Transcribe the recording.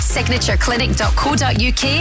Signatureclinic.co.uk